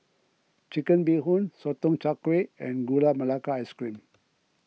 Chicken Bee Hoon Sotong Char Kway and Gula Melaka Ice Cream